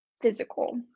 physical